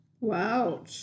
Wow